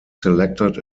selected